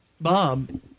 Bob